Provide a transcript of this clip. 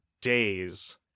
days